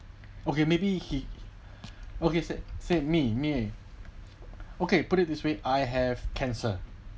okay maybe he okay said said me me eh okay put it this way I have cancer